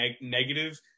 negative